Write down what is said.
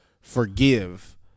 forgive